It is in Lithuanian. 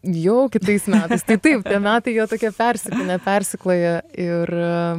jau kitais metais tai taip metai jie tokie persipynę persikloję ir